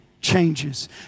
changes